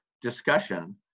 discussion